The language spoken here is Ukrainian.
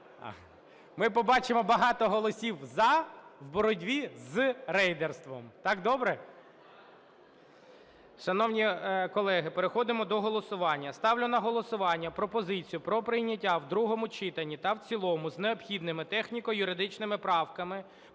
Ми побачимо багато голосів "за" в боротьбі з рейдерством. Так добре?